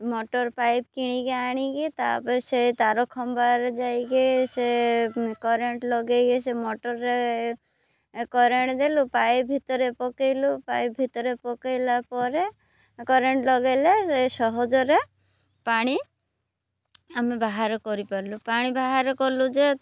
motor pipe କିଣିକି ଆଣିକି ତା'ପରେ ସେ ତା'ର ଖମ୍ବାରେ ଯାଇକି ସେ କରେଣ୍ଟ ଲଗାଇକି ସେ ମଟର୍ରେ କରେଣ୍ଟ ଦେଲୁ ପାଇପ୍ ଭିତରେ ପକାଇଲୁ ପାଇପ୍ ଭିତରେ ପକାଇଲା ପରେ କରେଣ୍ଟ ଲଗାଇଲେ ସେ ସହଜରେ ପାଣି ଆମେ ବାହାର କରିପାରିଲୁ ପାଣି ବାହାର କଲୁ ଯେ